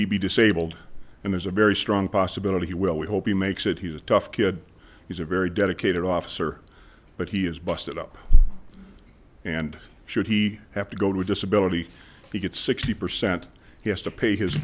he be disabled and there's a very strong possibility he will we hope he makes it he's a tough kid he's a very dedicated officer but he is busted up and should he have to go to disability he gets sixty percent yes to pay his